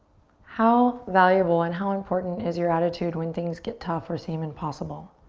how valuable and how important is your attitude when things get tough or seem impossible?